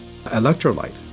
electrolyte